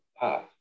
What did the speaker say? path